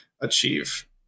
achieve